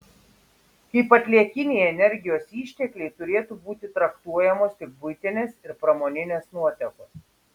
kaip atliekiniai energijos ištekliai turėtų būti traktuojamos tik buitinės ir pramoninės nuotėkos